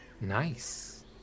Nice